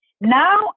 Now